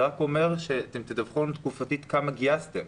זה רק אומר שאתם תדווחו לנו תקופתית כמה גייסתם.